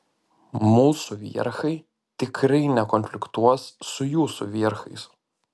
mūsų vierchai tikrai nekonfliktuos su jūsų vierchais